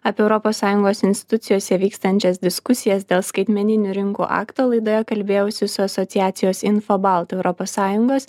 apie europos sąjungos institucijose vykstančias diskusijas dėl skaitmeninių rinkų akto laidoje kalbėjausi su asociacijos infobalt europos sąjungos